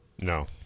No